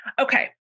Okay